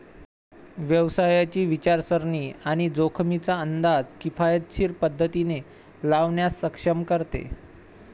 व्यवसायाची विचारसरणी आणि जोखमींचा अंदाज किफायतशीर पद्धतीने लावण्यास सक्षम करते